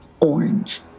orange